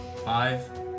Five